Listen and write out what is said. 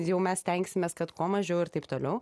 jau mes stengsimės kad kuo mažiau ir taip toliau